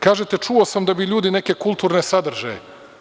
Kažete – čuo sam da bi ljudi neke kulturne sadržaje.